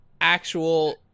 actual